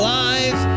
lives